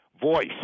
voice